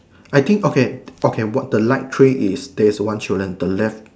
I think okay okay what the light tray is there is one children the left